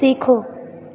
सीखो